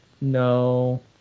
No